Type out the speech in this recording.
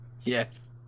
Yes